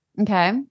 Okay